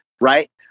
right